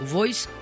Voice